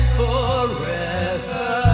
forever